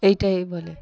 এটাই বলে